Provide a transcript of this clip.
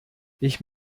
ich